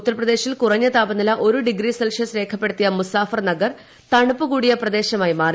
ഉത്തർപ്രദേശിൽ കുറഞ്ഞ താപനില ഒരു ഡിഗ്രി സെൽഷ്യസ് രേഖപ്പെടുത്തിയ മുസാഫർനഗർ തണുപ്പ് കൂടിയ പ്രദേശമായി മാറി